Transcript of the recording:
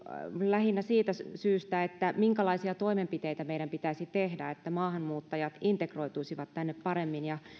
oli lähinnä siitä minkälaisia toimenpiteitä meidän pitäisi tehdä että maahanmuuttajat integroituisivat tänne paremmin